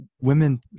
women